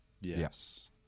Yes